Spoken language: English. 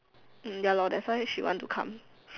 mm ya lor that's why she want to come